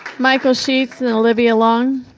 michael sheets and olivia long?